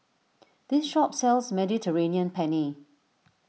this shop sells Mediterranean Penne